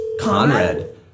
Conrad